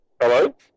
Hello